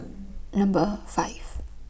Number five